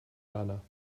ghana